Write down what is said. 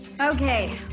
Okay